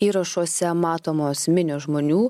įrašuose matomos minios žmonių